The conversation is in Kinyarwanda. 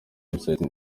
website